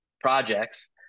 projects